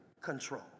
control